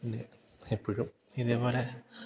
പിന്നെ എപ്പോഴും ഇതേ പോലെ